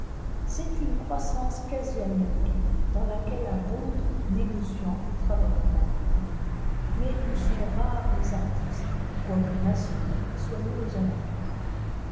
c'est une croissance quasi américaine dans laquelle abondent négociants et travailleurs manuels mais où sont rares les artistes quoique massenet soit né aux alentours